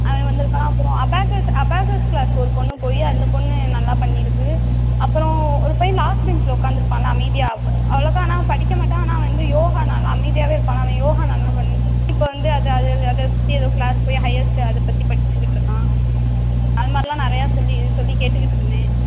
அவன் வந்திருக்கான் அப்புறம் அபாகஸ் அபாகஸ் க்ளாஸ் ஒரு பொண்ணு போய் அந்த பொண்ணு நல்லா பண்ணி இருக்குது அப்புறம் ஒரு பையன் லாஸ்ட் பெஞ்சில் உக்கார்ந்து இருப்பான்ல அமைதியாக அவ்ளோவுக்கு ஆனால் படிக்க மாட்டான் ஆனால் வந்து யோகா நல்லா அமைதியாகவே இருப்பான் அவன் யோகா நல்லா பண்ணி இப்போ வந்து அதை அதை அதை பற்றி ஏதோ க்ளாஸ் போய் ஹையஸ்ட்டு அதை பற்றி படித்துக்கிட்டு இருக்கான் அது மாதிரிலாம் நிறையா சொல்லி சொல்லி கேட்டுக்கிட்டுருந்தேன்